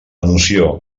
noció